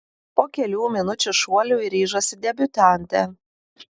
po kelių minučių šuoliui ryžosi debiutantė